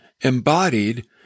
embodied